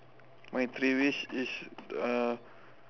my three wish is uh